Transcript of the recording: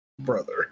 brother